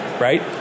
right